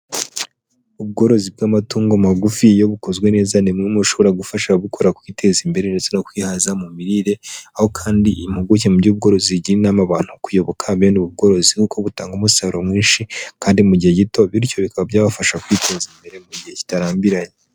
Ubworozi bw'amatungo magufi iyo bukozwe neza nimwe mushobora gufasha ababukora kwiteza imbere ndetse no kwihaza mu mirire aho kandi impuguke mu by'ubworozi abantu kuyoboka bene ubwo bworozi kuko butanga umusaruro mwinshi kandi mu gihe gito , bityo bikaba byabafasha kwiteza imbere mu gihe kitarambiranye.